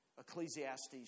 Ecclesiastes